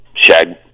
shag